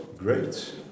Great